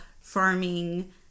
farming